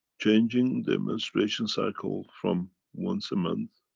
changing the menstruation cycle from once a month,